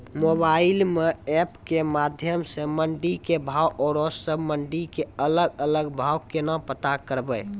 Mobile म app के माध्यम सऽ मंडी के भाव औरो सब मंडी के अलग अलग भाव केना पता करबै?